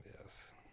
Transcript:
Yes